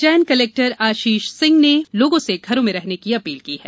Ujjain collector Ashish Singh ने लोगों से घरों में रहने की अपील की है